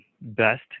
best